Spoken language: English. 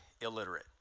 illiterate